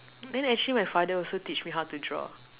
then actually my father also teach me how to draw